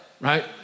right